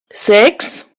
sechs